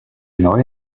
neue